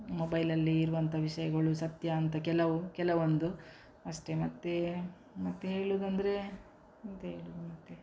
ಮೊಬೈಲಲ್ಲಿ ಇರುವಂಥ ವಿಷಯಗಳು ಸತ್ಯ ಅಂತ ಕೆಲವು ಕೆಲವೊಂದು ಅಷ್ಟೆ ಮತ್ತು ಮತ್ತು ಹೇಳುದಂದರೆ ಎಂತ ಹೇಳುವುದು ಮತ್ತು